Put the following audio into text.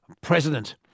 president